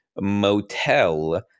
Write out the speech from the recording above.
motel